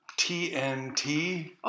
TNT